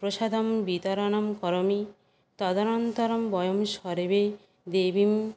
प्रसादवितरणं करोमि तदनन्तरं वयं सर्वे देवीं